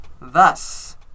Thus